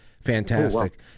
fantastic